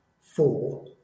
four